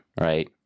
right